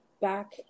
back